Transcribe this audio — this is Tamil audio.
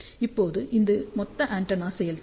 இப்போது இது மொத்தம் ஆண்டெனா செயல்திறன்